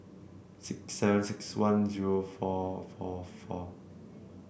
six seven six one zero four four four